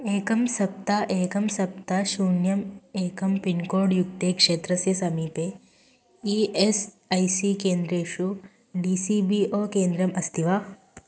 एकं सप्त एकं सप्त शून्यम् एकं पिन्कोड् युक्ते क्षेत्रस्य समीपे ई एस् ऐ सी केन्द्रेषु डी सी बी ओ केन्द्रम् अस्ति वा